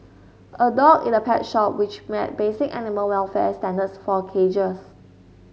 a dog in a pet shop which met basic animal welfare standards for cages